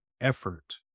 effort